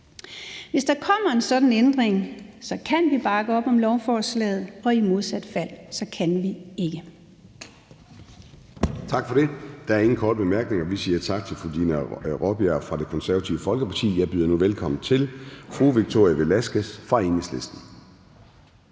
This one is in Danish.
Hvis der kommer en sådan ændring, kan vi bakke op om lovforslaget, og i modsat fald kan vi ikke. Kl. 10:39 Formanden (Søren Gade): Der er ingen korte bemærkninger, så vi siger tak til fru Dina Raabjerg fra Det Konservative Folkeparti. Jeg byder nu velkommen til fru Victoria Velasquez fra Enhedslisten.